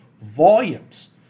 volumes